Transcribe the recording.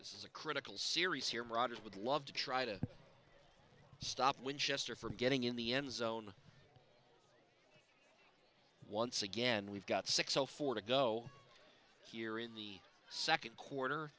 is a critical series here rodgers would love to try to stop winchester from getting in the end zone once again we've got six o four to go here in the second quarter